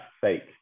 fake